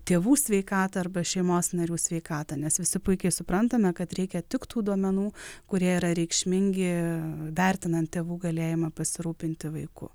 tėvų sveikatą arba šeimos narių sveikatą nes visi puikiai suprantame kad reikia tik tų duomenų kurie yra reikšmingi vertinant tėvų galėjimą pasirūpinti vaiku